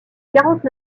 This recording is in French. quarante